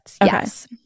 yes